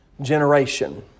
generation